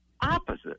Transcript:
opposite